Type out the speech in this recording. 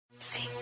See